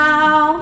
Now